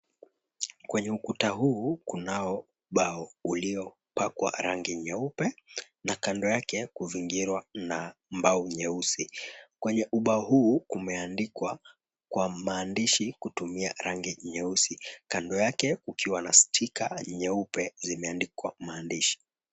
Kwenye ukuta huu kunao ubao uliyopakwa rangi nyeupe na kando yake kuviringwa na mbao nyeusi, kwenye ubao huu kumeandikwa kwa maandishi kutumia rangi nyeusi kando yake kukiwa na sticker nyeupe zimeandikwa maandishi.